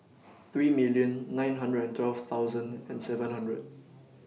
three million nine hundred and twelve thousand and seven hundred